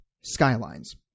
skylines